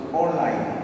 online